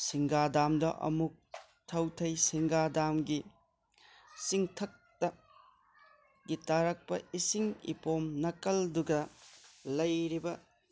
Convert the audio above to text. ꯁꯤꯡꯗꯥ ꯗꯥꯝꯗ ꯑꯃꯨꯛ ꯊꯧꯊꯩ ꯁꯤꯡꯗꯥ ꯗꯥꯝꯒꯤ ꯆꯤꯡꯊꯛꯇꯒꯤ ꯇꯥꯔꯛꯄ ꯏꯁꯤꯡ ꯏꯄꯣꯝ ꯅꯥꯀꯜꯗꯨꯒ ꯂꯩꯔꯤꯕ